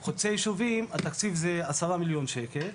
לא, לחוצה ישובים התקציב הוא עשרה מיליון שקל.